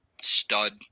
stud